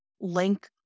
link